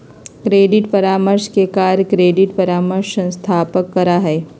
credit परामर्श के कार्य क्रेडिट परामर्श संस्थावह करा हई